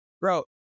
bro